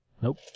Nope